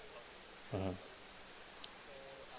mmhmm